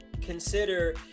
consider